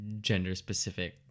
gender-specific